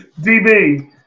DB